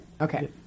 Okay